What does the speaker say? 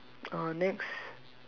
uh next